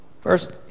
First